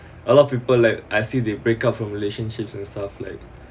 a lot of people like I see they break up from relationships and stuff like